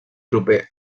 proper